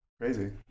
crazy